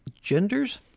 Genders